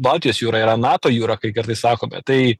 baltijos jūrą yra nato jūra kaip kartais sakome tai